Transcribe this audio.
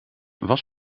was